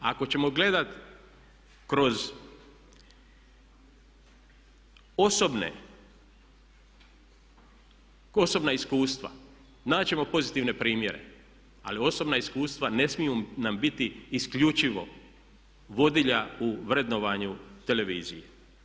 A ako ćemo gledati kroz osobna iskustva naći ćemo pozitivne primjere, ali osobna iskustva ne smiju nam biti isključivo vodilja u vrednovanju televizije.